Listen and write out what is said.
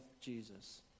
Jesus